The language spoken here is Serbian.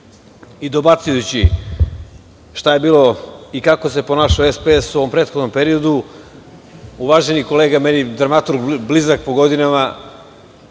i dobacujući šta je bilo i kako se ponašao SPS u ovom prethodnom periodu. Uvaženi kolega dramaturg, meni blizak po godinama,